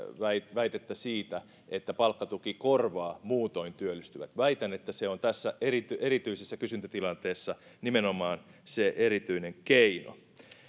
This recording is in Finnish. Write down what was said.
väitettä siitä että palkkatuki korvaa muutoin työllistyvät väitän että se on tässä erityisessä erityisessä kysyntätilanteessa nimenomaan se erityinen keino